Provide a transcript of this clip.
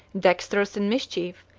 dexterous in mischief,